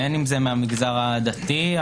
בין אם מהמגזר הדתי,